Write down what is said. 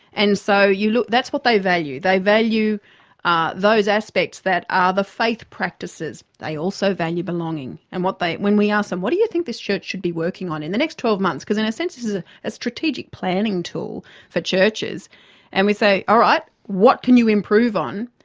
and so you look, that's what they value they value ah those aspects that are the faith practices. they also value belonging. and what they, when we ask them, what do you think this church should be working on in the next twelve months because in a sense this is a strategic planning tool for churches and we say, all right, what can you improve on?